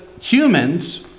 humans